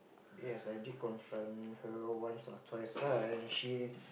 yes I did confront her once or twice lah and she